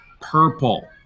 purple